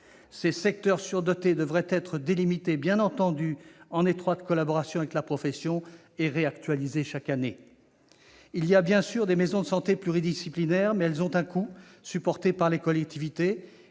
qui sont surdotés. Ceux-ci devraient être délimités, bien entendu en étroite collaboration avec la profession, et réactualisés chaque année. Il y a, bien sûr, les maisons de santé pluridisciplinaires, mais elles ont un coût, supporté par les collectivités.